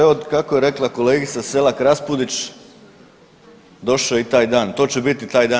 Evo kako je rekla kolegica Selak-Raspudić došao je i taj dan, to će biti taj dan.